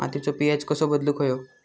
मातीचो पी.एच कसो बदलुक होयो?